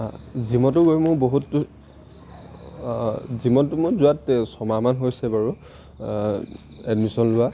জিমতো গৈ মোৰ বহুত জিমতো মই যোৱা এই ছমাহমান হৈছে বাৰু এডমিশ্যন লোৱা